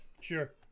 Sure